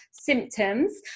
symptoms